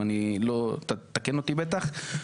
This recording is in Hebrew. תקן אותי בטח,